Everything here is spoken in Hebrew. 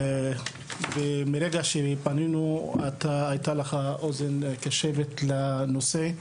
מרגע שפנינו, היתה לך אוזן קשבת לנושא.